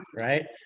right